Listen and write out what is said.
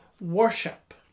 worship